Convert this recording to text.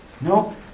No